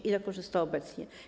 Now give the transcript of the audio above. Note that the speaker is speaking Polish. A ile korzysta obecnie?